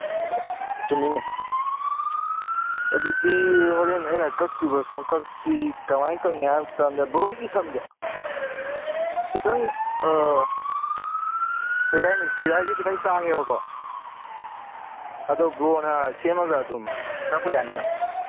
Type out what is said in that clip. ꯑꯣ ꯆꯨꯝꯃꯤꯅꯦ ꯑꯗꯨꯗꯤ ꯍꯣꯔꯦꯟ ꯑꯩꯅ ꯀꯛꯇꯣꯏꯕ ꯁꯝꯀꯛꯁꯤ ꯀꯃꯥꯏꯅ ꯀꯛꯅꯤ ꯍꯥꯏꯕꯀꯥꯟꯗ ꯕ꯭ꯔꯣ ꯑꯩꯒꯤ ꯁꯝꯁꯦ ꯈꯤꯇꯪ ꯀꯔꯤ ꯍꯥꯏꯅꯤ ꯆꯤꯔꯥꯏꯁꯦ ꯈꯤꯇꯪ ꯇꯥꯡꯉꯦꯕꯀꯣ ꯑꯗꯨ ꯕ꯭ꯔꯣꯅ ꯁꯦꯝꯃꯒ ꯑꯗꯨꯝ ꯀꯛꯄ ꯌꯥꯅꯤꯅ